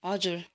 हजुर